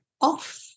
off